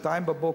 ב-02:00,